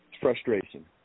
frustration